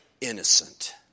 innocent